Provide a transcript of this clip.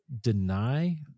deny